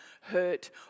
hurt